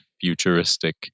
futuristic